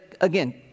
again